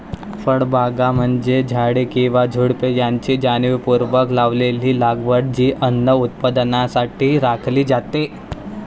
फळबागा म्हणजे झाडे किंवा झुडुपे यांची जाणीवपूर्वक लावलेली लागवड जी अन्न उत्पादनासाठी राखली जाते